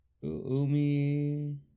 Umi